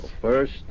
First